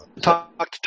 Talk